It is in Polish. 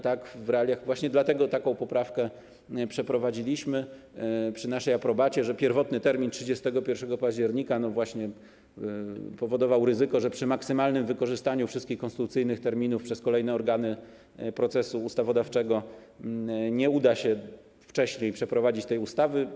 Tak, właśnie dlatego taką poprawkę przeprowadziliśmy przy naszej aprobacie, że pierwotny termin 31 października właśnie powodował ryzyko, że przy maksymalnym wykorzystaniu wszystkich konstytucyjnych terminów przez kolejne organy procesu ustawodawczego nie uda się wcześniej przeprowadzić tej ustawy.